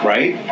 Right